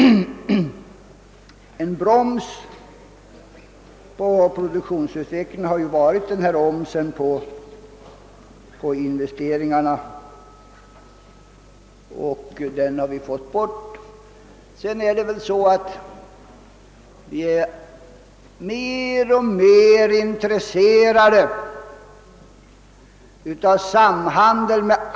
En broms på produktionsutvecklingen har varit omsen på investeringarna, men den har vi nu lyckats få borttagen. Intresset för handel och samarbete med andra länder ökar mer och mer.